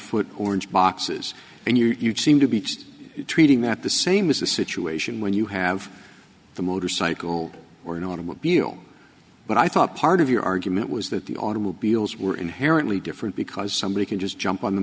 foot orange boxes and you'd seem to be treating that the same as the situation when you have the motorcycle or an automobile but i thought part of your argument was that the automobiles were inherently different because somebody can just jump on the